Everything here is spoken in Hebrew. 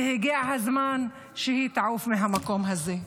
והגיע הזמן שהיא תעוף מהמקום זה.